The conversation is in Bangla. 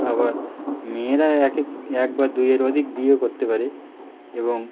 আবার মেয়েরা একে এক বা দুইয়ের অধিক বিয়ে করতে পারে এবং